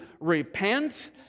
repent